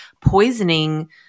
poisoning